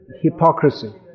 hypocrisy